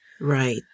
Right